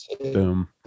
boom